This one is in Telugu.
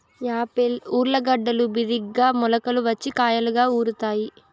యాపిల్ ఊర్లగడ్డలు బిరిగ్గా మొలకలు వచ్చి కాయలుగా ఊరుతాయి